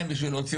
ירידה